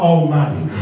Almighty